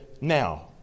now